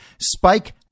spike